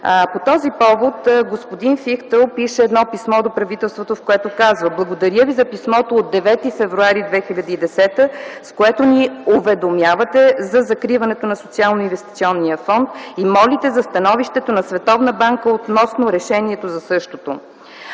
По този повод господин Фихтел пише писмо до правителството, в което казва: „Благодаря ви за писмото от 9 февруари 2010 г., с което ни уведомявате за закриването на Социално-инвестиционния фонд, и молите за становището на Световната банка относно решението за същото.”